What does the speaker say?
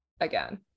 again